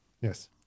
Yes